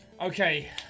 Okay